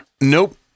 Nope